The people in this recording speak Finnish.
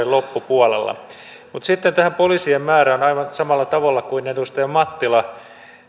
kehyskauden loppupuolella mutta sitten tähän poliisien määrään aivan samalla tavalla kuin edustaja mattila